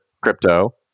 crypto